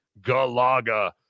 Galaga